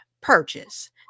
Purchase